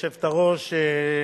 גברתי היושבת-ראש,